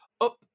up